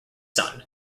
son